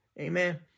Amen